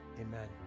Amen